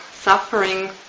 suffering